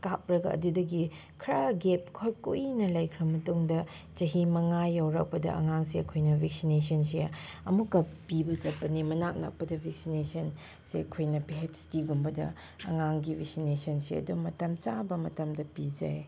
ꯀꯥꯞꯂꯒ ꯑꯗꯨꯗꯒꯤ ꯈꯔ ꯒꯦꯞ ꯈꯔ ꯀꯨꯏꯅ ꯂꯩꯈ꯭ꯔꯕ ꯃꯇꯨꯡꯗ ꯆꯍꯤ ꯃꯉꯥ ꯌꯧꯔꯛꯄꯗ ꯑꯉꯥꯡꯁꯦ ꯑꯩꯈꯣꯏꯅ ꯚꯦꯛꯁꯤꯅꯦꯁꯟꯁꯦ ꯑꯃꯨꯛꯀ ꯄꯤꯕ ꯆꯠꯄꯅꯦ ꯃꯅꯥꯛ ꯅꯛꯄꯗ ꯚꯦꯛꯁꯤꯅꯦꯁꯟꯁꯦ ꯑꯩꯈꯣꯏꯅ ꯄꯤ ꯍꯩꯆ ꯗꯤꯒꯨꯝꯕꯗ ꯑꯉꯥꯡꯒꯤ ꯚꯦꯛꯁꯤꯟꯦꯁꯟꯁꯦ ꯑꯗꯨꯝ ꯃꯇꯝ ꯆꯥꯕ ꯃꯇꯝꯗ ꯄꯤꯖꯩ